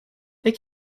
they